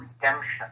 redemption